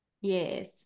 Yes